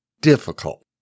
difficult